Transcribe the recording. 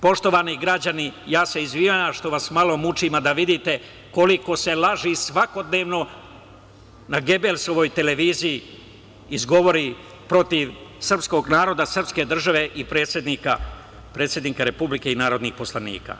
Poštovani građani, ja se izvinjavam što vas malo mučim, ali da vidite koliko se laži svakodnevno na Gebelsovoj televiziji izgovori protiv srpskog naroda, srpske države, predsednika Republike i narodnih poslanika.